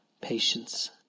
patience